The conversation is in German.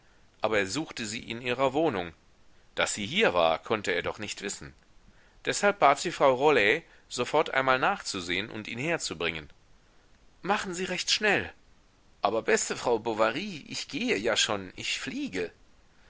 aber er suchte sie in ihrer wohnung daß sie hier war konnte er doch nicht wissen deshalb bat sie frau rollet sofort einmal nachzusehen und ihn herzubringen machen sie recht schnell aber beste frau bovary ich gehe ja schon ich fliege